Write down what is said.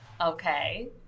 Okay